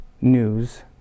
news